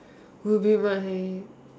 would be my